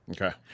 Okay